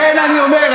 לכן אני אומר,